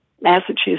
Massachusetts